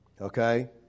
okay